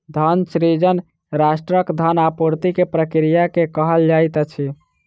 धन सृजन राष्ट्रक धन आपूर्ति के प्रक्रिया के कहल जाइत अछि